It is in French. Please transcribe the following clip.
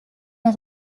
ont